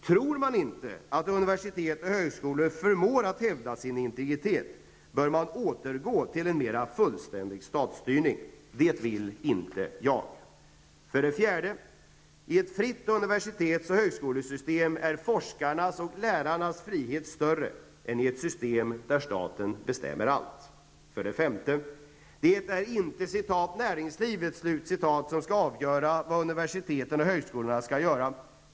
Tror man inte att universitet och högskolor förmår att hävda sin integritet bör man återgå till en mera fullständig statsstyrning. Det vill inte jag. 4. I ett fritt universitets och högskolesystem är forskarnas och lärarnas frihet större än i ett system där staten bestämmer allt. 5. Det är inte ''näringslivet'' som skall avgöra vad universiteten och högskolorna skall göra.